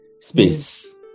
space